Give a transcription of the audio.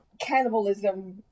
cannibalism